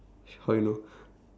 s~ how you know